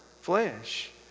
flesh